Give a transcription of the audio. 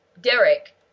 Derek